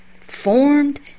formed